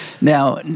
Now